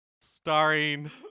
starring